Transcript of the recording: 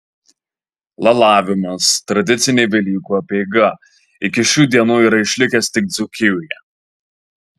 lalavimas tradicinė velykų apeiga iki šių dienų yra išlikęs tik dzūkijoje